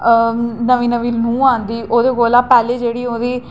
नमीं नमीं नूंह् औंदी ओह्दे कोला पैह्लें जेह्ड़ी ओह्दी